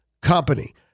company